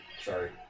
sorry